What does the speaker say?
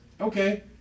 Okay